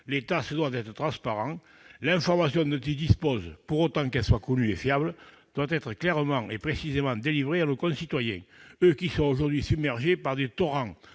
L'État se doit d'être transparent. L'information dont il dispose- pour autant qu'elle soit connue et fiable -doit être clairement et précisément délivrée à nos concitoyens, aujourd'hui submergés par des torrents